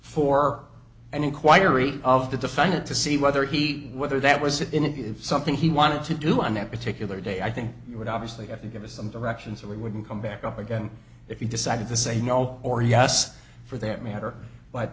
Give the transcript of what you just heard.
for an inquiry of the defendant to see whether he whether that was it is something he wanted to do on that particular day i think he would obviously have to give us some directions or we wouldn't come back up again if you decided to say no or yes for that matter but